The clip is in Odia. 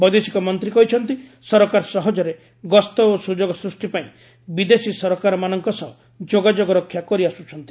ବୈଦେଶିକ ମନ୍ତ୍ରୀ କହିଛନ୍ତି ସରକାର ସହଜରେ ଗସ୍ତ ଓ ସୁଯୋଗ ସୃଷ୍ଟି ପାଇଁ ବିଦେଶୀ ସରକାରମାନଙ୍କ ସହ ଯୋଗାଯୋଗ ରକ୍ଷା କରିଆସୁଛନ୍ତି